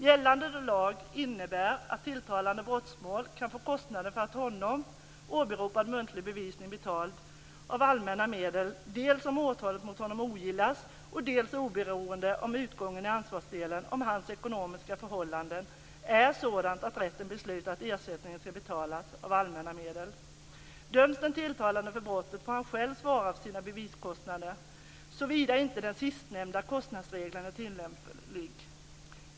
Gällande lag innebär att tilltalad i brottmål kan få kostnaden för av honom åberopad muntlig bevisning betald av allmänna medel dels om åtalet mot honom ogillas, dels - oberoende av utgången i ansvarsdelen - om hans ekonomiska förhållanden är sådana att rätten beslutar att ersättningen skall betalas av allmänna medel. Döms den tilltalade för brottet får han själv svara för sina beviskostnader, såvida inte den sistnämnda kostnadsregeln är tillämplig.